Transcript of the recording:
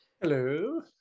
Hello